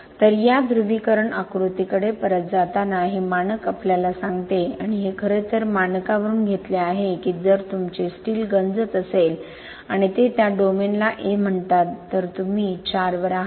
तर या ध्रुवीकरण आकृतीकडे परत जाताना हे मानक आपल्याला सांगते आणि हे खरेतर मानकावरून घेतले आहे की जर तुमचे स्टील गंजत असेल आणि ते त्या डोमेनला A म्हणतात तर तुम्ही 4 वर आहात